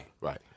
Right